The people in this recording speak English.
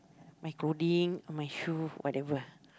my clothing my shoe whatever